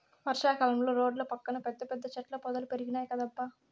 వర్షా కాలంలో రోడ్ల పక్కన పెద్ద పెద్ద చెట్ల పొదలు పెరిగినాయ్ కదబ్బా